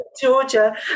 Georgia